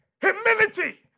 Humility